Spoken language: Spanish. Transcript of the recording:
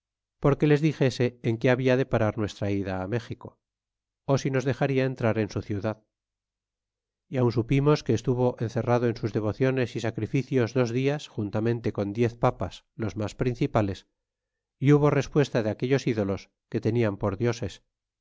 porque les dixese en que habia de parar nuestra ida á méxico ó si nos dexaria entrar en su ciudad y aun supimos que estuvo encerrado en sus devociones y sacrificios dos dias juntamente con diez papas los mas principales y hubo respuesta de aquellos ídolos que tenian por dioses